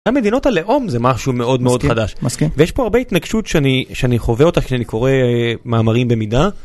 גם מדינות הלאום זה משהו מאוד מאוד חדש, ויש פה הרבה התנגשות שאני חווה אותה כשאני קורא מאמרים במידה.